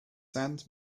sands